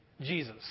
Jesus